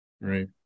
Right